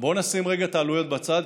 בוא נשים רגע את העלויות בצד,